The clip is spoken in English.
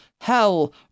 hell